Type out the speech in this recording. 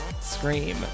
scream